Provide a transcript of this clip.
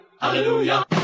Hallelujah